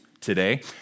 today